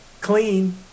clean